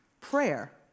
prayer